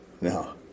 No